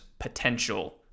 potential